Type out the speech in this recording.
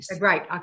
Right